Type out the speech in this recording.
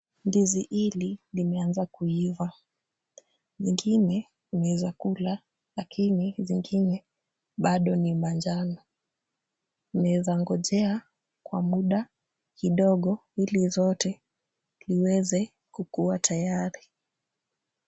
Ndizi hili limeanza kuiva. Ingine ni za kula lakini zingine bado ni manjano. Inaweza ngojea kwa muda kidogo ili zote ziweze kukuwa tayari.